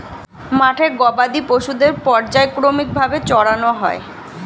মাঠে গবাদি পশুদের পর্যায়ক্রমিক ভাবে চরানো হয়